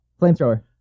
Flamethrower